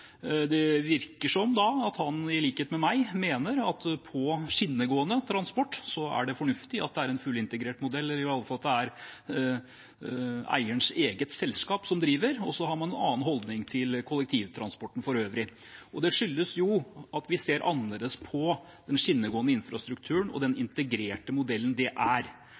Det virker som om han, i likhet med meg, mener at det for skinnegående transport er fornuftig at det er en fullintegrert modell, eller i alle fall at det er eierens eget selskap som driver det. Så har man en annen holdning til kollektivtransporten for øvrig. Det skyldes at vi ser annerledes på den skinnegående infrastrukturen og den integrerte modellen det er.